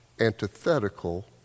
antithetical